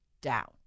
down